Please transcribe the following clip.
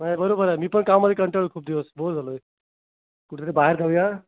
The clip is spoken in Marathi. नाही बरोबर आहे मी पण कामाने कंटाळलो खूप दिवस बोर झालो आहे कुठंतरी बाहेर जाऊया